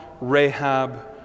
Rahab